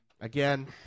Again